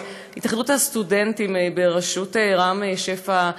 שהתאחדות הסטודנטים בראשות רמי שפע,